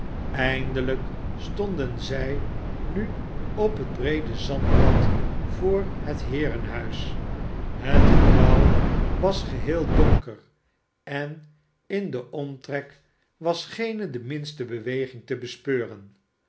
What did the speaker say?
eindelijk stonden zij nu op het breede zandpad voor het heerenhuis het gebouw was geheel donker en in den omtrek was geene de minste beweging te bespeuren